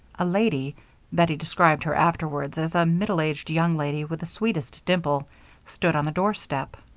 a lady bettie described her afterwards as a middle-aged young lady with the sweetest dimple stood on the doorstep.